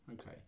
okay